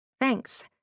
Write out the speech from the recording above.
Thanks